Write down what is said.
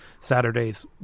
Saturdays